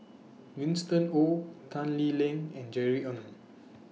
Winston Oh Tan Lee Leng and Jerry Ng